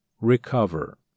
Recover